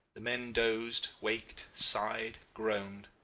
the men dozed, waked, sighed, groaned.